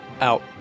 out